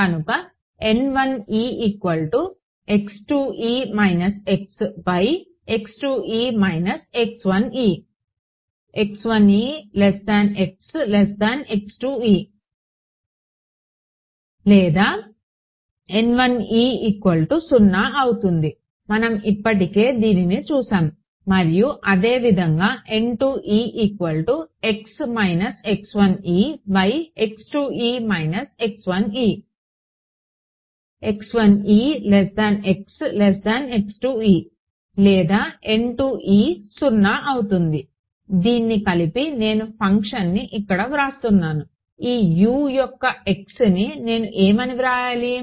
కనుక మనం ఇప్పటికే దీనిని చూశాము మరియు అదే విధంగా దీన్ని కలిపి నేను ఫంక్షన్ని ఇక్కడ వ్రాస్తాను ఈ U యొక్క xని నేను ఏమని వ్రాయాలి